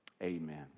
Amen